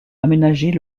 aménagées